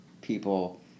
people